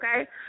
okay